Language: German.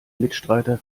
mitstreiter